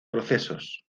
procesos